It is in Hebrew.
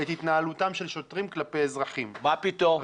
את התנהלותם של שוטרים כלפי אזרחים --- מה פתאום?